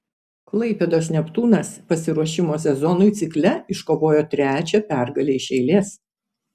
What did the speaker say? klaipėdos neptūnas pasiruošimo sezonui cikle iškovojo trečią pergalę iš eilės